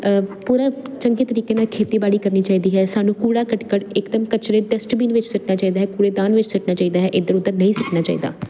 ਪੂਰਾ ਚੰਗੇ ਤਰੀਕੇ ਨਾਲ ਖੇਤੀਬਾੜੀ ਕਰਨੀ ਚਾਹੀਦੀ ਹੈ ਸਾਨੂੰ ਕੂੜਾ ਕਰਕਟ ਇੱਕਦਮ ਕਚਰੇ ਡਸਟਬੀਨ ਵਿੱਚ ਸਿੱਟਣਾ ਚਾਹੀਦਾ ਹੈ ਕੂੜੇਦਾਨ ਵਿੱਚ ਸਿੱਟਣਾ ਚਾਹੀਦਾ ਹੈ ਇੱਧਰ ਉੱਧਰ ਨਹੀਂ ਸਿੱਟਣਾ ਚਾਹੀਦਾ